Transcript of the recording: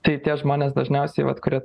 tai tie žmonės dažniausiai vat kurie